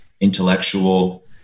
intellectual